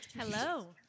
Hello